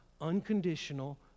Unconditional